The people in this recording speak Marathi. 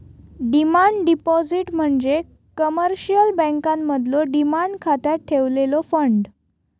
डिमांड डिपॉझिट म्हणजे कमर्शियल बँकांमधलो डिमांड खात्यात ठेवलेलो फंड